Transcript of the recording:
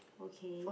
okay